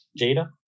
Jada